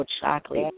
chocolate